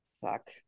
Fuck